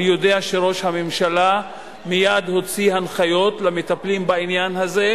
אני יודע שראש הממשלה מייד הוציא הנחיות למטפלים בעניין הזה,